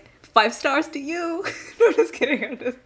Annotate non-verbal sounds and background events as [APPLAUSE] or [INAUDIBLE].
five stars to you [LAUGHS] no I'm just kidding